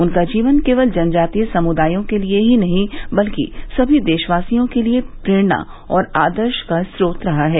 उनका जीवन केवल जनजातीय समुदायों के लिए ही नहीं बल्कि सभी देशवासियों के लिए प्रेरणा और आदर्श का स्रोत रहा है